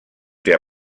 der